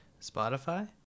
Spotify